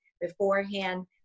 beforehand